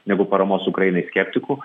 negu paramos ukrainai skeptikų